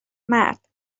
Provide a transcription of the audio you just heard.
مرد